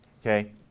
okay